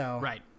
Right